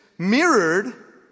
mirrored